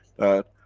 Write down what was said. that,